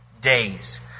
days